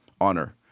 honor